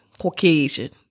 caucasian